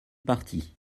partie